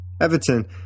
Everton